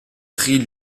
prie